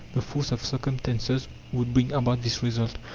the force of circumstances would bring about this result.